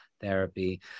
therapy